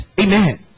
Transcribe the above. amen